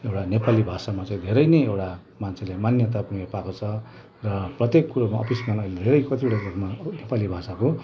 एउटा नेपाली भाषामा चाहिँ धेरै नै एउटा मान्छेले मान्यता पनि पाएको छ र प्रत्येक कुरामा अफिसमा अहिले धेरै कतिवटा नेपाली भाषाको